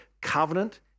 Covenant